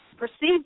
perceived